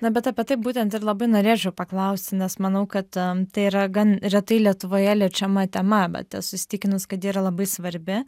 na bet apie tai būtent ir labai norėčiau paklausti nes manau kad tai yra gan retai lietuvoje liečiama tema bet esu įsitikinus kad ji yra labai svarbi